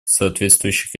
соответствующих